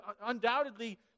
undoubtedly